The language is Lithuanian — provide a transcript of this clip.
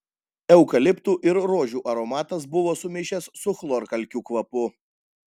eukaliptų ir rožių aromatas buvo sumišęs su chlorkalkių kvapu